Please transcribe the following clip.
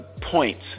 points